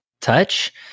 touch